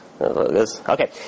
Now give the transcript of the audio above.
okay